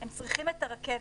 הם צריכים את הרכבת.